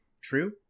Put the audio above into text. true